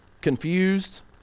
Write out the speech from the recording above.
confused